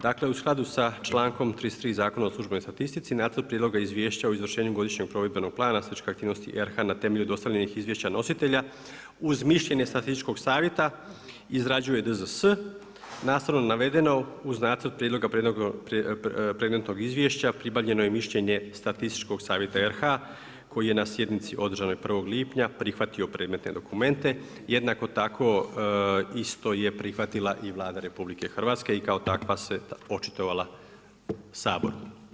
Dakle u skladu sa člankom 33 Zakona o službenoj statistici, nacrt prijedloga izvješća o izvršenju godišnjeg provedbenog plana statističke aktivnosti RH na temelju dostavljenih izvješća nositelja, uz mišljenja Statističkog savjeta izrađuje DZS, nastavno navedeno, uz nacrt prijedloga predmetnog izvješća pribavljeno je mišljenje Statističkog savjeta RH, koji je na sjednici održanog 1. lipnja prihvatio predmetne dokumente, jednako tako isto je prihvatila i Vlada Republike Hrvatske i kao takva se očitovala Saboru.